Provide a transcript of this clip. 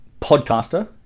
podcaster